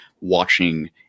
watching